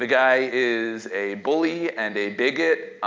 ah guy is a bully and a bigot